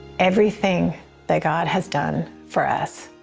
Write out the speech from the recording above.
everything that god has done for us,